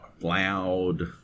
loud